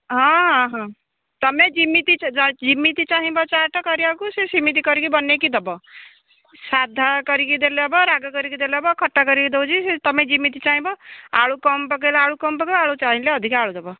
ହଁ ହଁ ତୁମେ ଯେମିତି ଯେମିତି ଚାହିଁବ ଚାଟ୍ କରିବାକୁ ସେ ସିମିତି କରିକି ବନେଇକି ଦେବ ସାଧା କରିକି ଦେଲେ ହେବ ରାଗ କରିକି ଦେଲେ ହେବ ଖଟା କରିକି ଦେଉଛି ସେ ତୁମେ ଯିମିତି ଚାହିଁବ ଆଳୁ କମ୍ ପକାଇଲେ ଆଳୁ କମ୍ ପକାଇବ ଆଳୁ ଚାହିଁଲେ ଅଧିକା ଆଳୁ ଦେବ